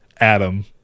adam